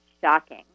shocking